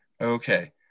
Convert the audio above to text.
Okay